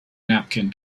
napkin